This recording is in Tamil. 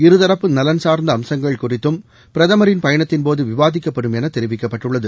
இருதரப்பு நலன் சார்ந்த அம்சங்கள் குறித்தும் பிரதமரின் பயணத்தின் போது விவாதிக்கப்படும் என தெரிவிக்கப்பட்டுள்ளது